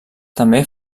també